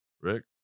Rick